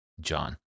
John